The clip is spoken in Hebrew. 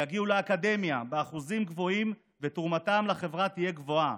יגיעו לאקדמיה באחוזים גבוהים ותרומתם לחברת תהיה גבוהה.